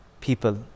people